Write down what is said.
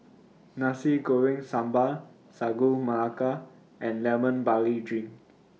Nasi Goreng Sambal Sagu Melaka and Lemon Barley Drink